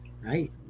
Right